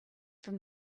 from